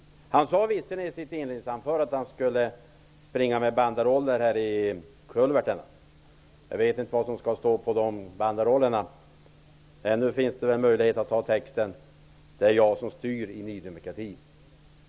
Visserligen sade han i sitt inledningsanförande att han skulle springa med banderoller här i kulverten. Jag vet inte vad som kommer att stå på banderollerna. Ännu finns det väl möjlighet att ha texten: Det är jag som styr i Ny demokrati.